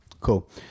Cool